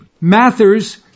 Mathers